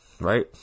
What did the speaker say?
right